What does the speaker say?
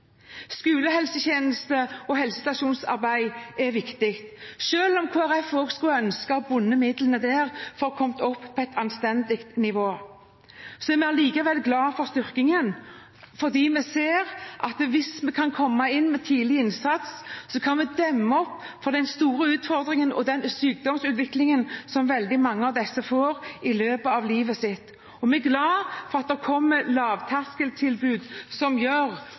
Skolehelsetjeneste og helsestasjonsarbeid er viktig. Selv om Kristelig Folkeparti også skulle ha ønsket å binde midlene der for å komme opp på et anstendig nivå, er vi likevel glad for styrkingen, for vi ser at hvis vi kan komme inn med tidlig innsats, kan vi demme opp for den store utfordringen og den sykdomsutviklingen som veldig mange av disse får i løpet av livet sitt. Vi er glad for at det kommer lavterskeltilbud som gjør